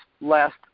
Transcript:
last